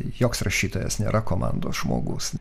joks rašytojas nėra komandos žmogus